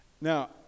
Now